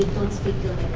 speak the